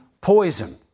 poison